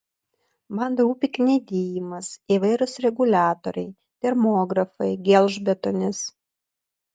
man rūpi kniedijimas įvairūs reguliatoriai termografai gelžbetonis